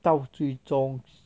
到最终